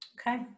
Okay